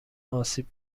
آسیب